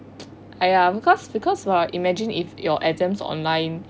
!aiya! because because lah imagine if your exams online